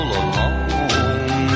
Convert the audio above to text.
alone